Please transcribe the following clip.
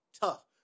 tough